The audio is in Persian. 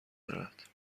دارد